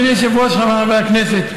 אדוני היושב-ראש, חבריי חברי הכנסת,